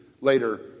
later